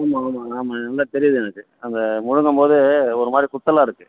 ஆமாம் ஆமாம் ஆமாம் நல்லா தெரியுது எனக்கு அந்த முழுங்கும் போது ஒரு மாதிரி குத்தலாக இருக்குது